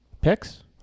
picks